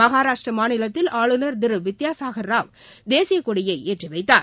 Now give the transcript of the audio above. மகராஷ்ட்ர மாநிலத்தில் ஆளுநர் திரு வித்யாசாகர் ராவ் தேசியக்கொடியை ஏற்றிவைத்தார்